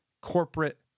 corporate